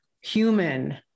human